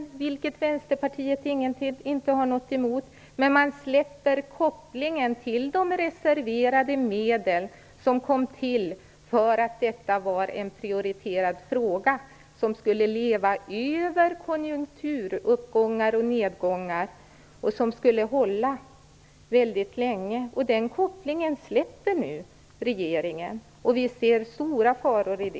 Detta har visserligen Vänsterpartiet inte något emot, men det innebär att man släpper kopplingen till de reserverade medel som kom till därför att detta var en prioriterad uppgift, som skulle leva över konjunkturuppgångar och konjunkturnedgångar och kvarstå mycket länge. Vi ser stora faror i att regeringen nu släpper denna koppling.